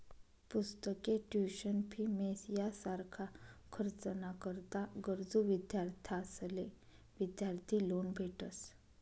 पुस्तके, tuition fee, mess यासारखा खर्च ना करता गरजू विद्यार्थ्यांसले विद्यार्थी लोन भेटस